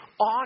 on